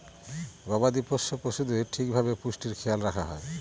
গবাদি পোষ্য পশুদের ঠিক ভাবে পুষ্টির খেয়াল রাখা হয়